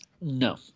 No